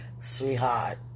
Sweetheart